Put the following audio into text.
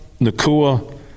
Nakua